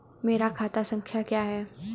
मेरा खाता संख्या क्या है?